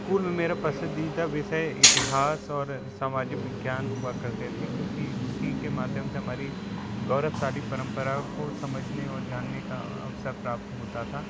पूर्व मेरा पसंदीदा विषय इतिहास और सामाजिक विज्ञान हुआ करते थे क्योंकि उसी के माध्यम से हमारी गौरवशाली परंपराओं को समझने और जानने का अवसर प्राप्त होता था